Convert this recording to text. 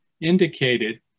indicated